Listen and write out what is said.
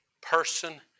person